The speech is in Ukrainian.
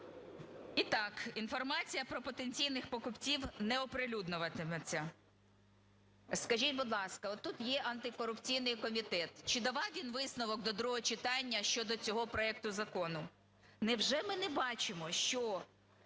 І так, інформація про потенційних покупців не оприлюднюватиметься. Скажіть, будь ласка, отут є антикорупційний комітет. Чи давав він висновок до другого читання щодо цього проекту закону? Невже ми не бачимо, що